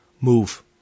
move